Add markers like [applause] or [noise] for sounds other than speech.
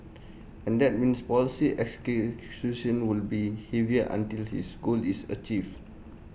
and that means policy [unintelligible] will be heavier until his goal is achieved